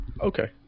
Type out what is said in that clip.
Okay